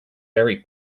very